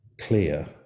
clear